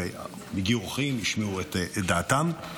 והגיעו אורחים שהשמיעו את דעתם,